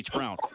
Brown